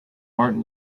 martin